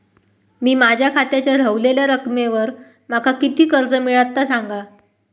मी माझ्या खात्याच्या ऱ्हवलेल्या रकमेवर माका किती कर्ज मिळात ता सांगा?